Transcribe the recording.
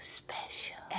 special